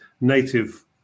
native